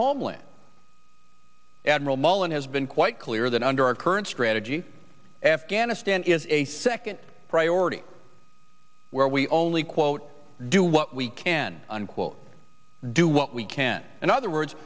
homeland admiral mullen has been quite clear that under our current strategy afghanistan is a second priority where we only quote do what we can unquote do what we can in other words